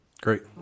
Great